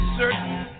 certain